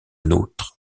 nôtre